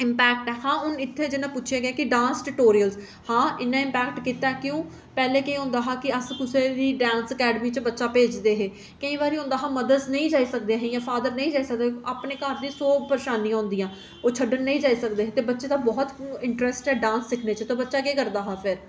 impact हा जि'यां कि इत्थै हून पुच्छेआ गेआ कि डांस टिटोरियल हां इन्ना इम्पैक्ट कीता क्योंकि पैह्लें केह् होंदा हा कि अस कुसै बी डांस अकैड़मी च बच्चा भेजदे हे केईं बारी केह् होंदा हा कि मदर नेईं जाई सकदे जां फॉदर नेईं जाई सकदे अपने घर दी सौ परेशानियां होंदियां ओह् छड्डन नेईं जाई सकदे हे ते बच्चे दा बहुत इंटरैस्ट ऐ डांस सिक्खने च ते फ्ही बच्चा केह् करदा हा